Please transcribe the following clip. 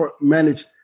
manage